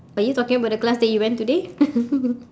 are you talking about the class that you went today